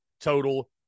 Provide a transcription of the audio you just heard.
total